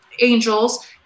angels